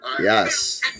Yes